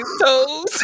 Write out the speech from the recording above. toes